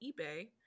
eBay